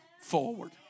forward